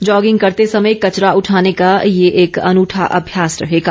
jogging करते समय कचरा उठाने का ये एक अनूठा अभ्यास रहेगा